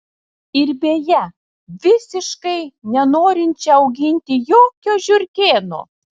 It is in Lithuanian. ir beje visiškai nenorinčią auginti jokio žiurkėno